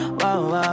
wow